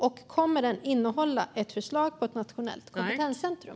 Och kommer den att innehålla ett förslag på ett nationellt kompetenscentrum?